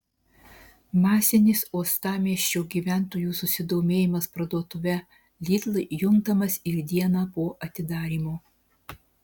masinis uostamiesčio gyventojų susidomėjimas parduotuve lidl juntamas ir dieną po atidarymo